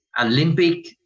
Olympic